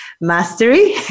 Mastery